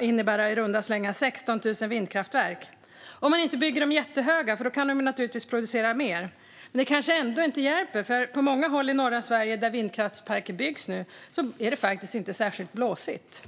innebära i runda slängar 16 000 vindkraftverk, om man inte bygger dem jättehöga, för då kan de naturligtvis producera mer. Men det kanske ändå inte hjälper, för på många håll i norra Sverige där vindkraftsparker nu byggs är det faktiskt inte är särskilt blåsigt.